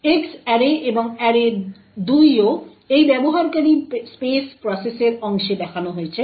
X array এবং array 2ও এই ব্যবহারকারী স্পেস প্রসেসের অংশে দেখানো হয়েছে